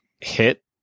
hit